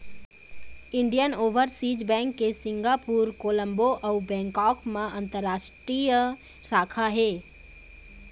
Indian Overseas bank के Singapore, Colombo अउ Bangkok म अंतररास्टीय शाखा हे